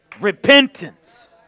Repentance